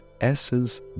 essence